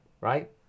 right